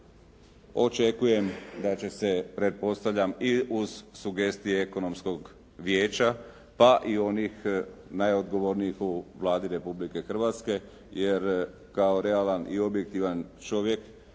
očekujem da će se pretpostavljam i uz sugestije Ekonomskog vijeća, pa i onih najodgovornijih u Vladi Republike Hrvatske, jer kao realan i objektivan čovjek,